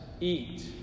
eat